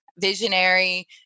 visionary